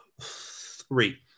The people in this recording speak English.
three